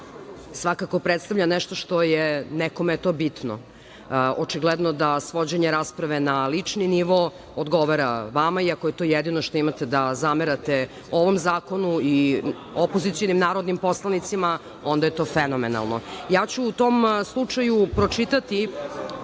svakako predstavlja nešto što je nekome bitno. Očigledno da svođenje rasprave na lični nivo odgovara vama, iako je to jedino što imate da zamerate ovom zakonu i opozicionim narodnim poslanicima, onda je to fenomenalno. Ja ću u tom slučaju pročitati